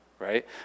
right